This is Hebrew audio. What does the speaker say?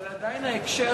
אבל עדיין ההקשר,